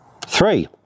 Three